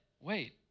wait